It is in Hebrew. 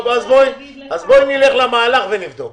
בואי נלך למהלך ונבדוק.